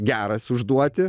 geras užduoti